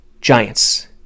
Giants